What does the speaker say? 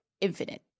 infinite